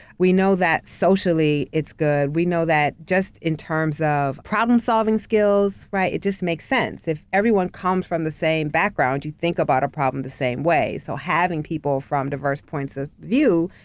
we know that socially, it's good. we know that just in terms of problem solving skills, right? it just makes sense, if everyone comes from the same background, you think about a problem the same way. so, having people from diverse points of view,